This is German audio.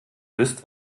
bist